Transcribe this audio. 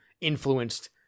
influenced